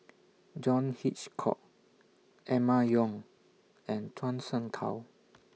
John Hitchcock Emma Yong and Zhuang Shengtao